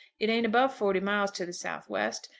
it ain't above forty miles to the south-west,